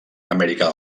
amèrica